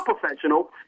professional